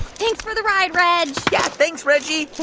thanks for the ride, reg yeah. thanks, reggie